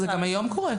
זה גם היום קורה.